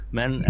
men